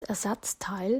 ersatzteil